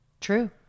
True